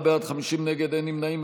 34 בעד, 50 נגד, אין נמנעים.